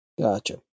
gotcha